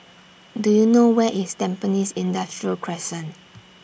Do YOU know Where IS Tampines Industrial Crescent